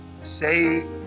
say